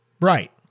Right